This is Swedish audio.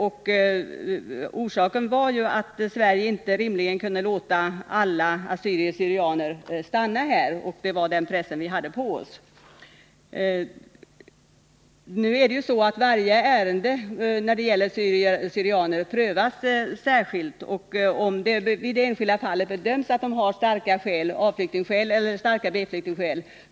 Orsaken till det var att Sverige rimligen inte kan låta alla assyrier/syrianer komma hit. Varje ärende som gäller assyrier prövas emellertid särskilt.